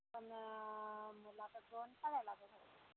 पण मला लागेल